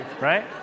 right